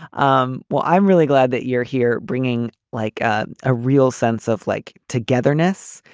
um well, i'm really glad that you're here bringing like ah a real sense of, like, togetherness.